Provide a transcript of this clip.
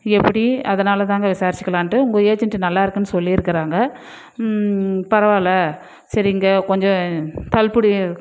எப்படி அதனால் தாங்க விசாரித்துக்கலான்ட்டு உங்கள் ஏஜென்ட்டு நல்லா இருக்குதுன்னு சொல்லியிருக்கிறாங்க பரவாயில்லை சரிங்க கொஞ்சம் தள்ளுபடி